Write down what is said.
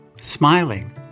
Smiling